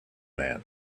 man